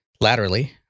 laterally